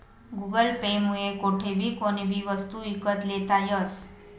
Google Pay मुये कोठेबी कोणीबी वस्तू ईकत लेता यस